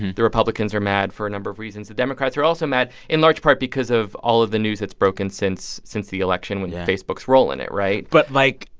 the republicans are mad for a number of reasons. the democrats are also mad, in large part because of all of the news that's broken since since the election and. yeah. facebook's role in it, right? but, like,